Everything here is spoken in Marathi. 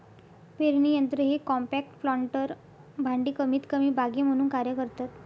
पेरणी यंत्र हे कॉम्पॅक्ट प्लांटर भांडी कमीतकमी बागे म्हणून कार्य करतात